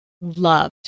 loved